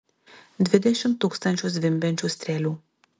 dvidešimt tūkstančių zvimbiančių strėlių